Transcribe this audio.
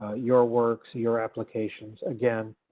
ah your works, your applications, again,